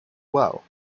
well